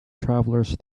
travelers